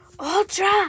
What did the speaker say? Ultra